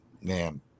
man